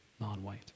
non-white